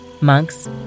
monks